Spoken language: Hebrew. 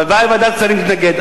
ודאי שוועדת השרים תתנגד.